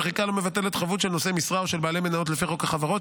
המחיקה לא מבטלת חבות של נושאי משרה או של בעלי מניות לפי חוק החברות,